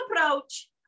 approach